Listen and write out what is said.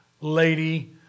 lady